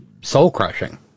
soul-crushing